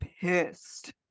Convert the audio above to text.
pissed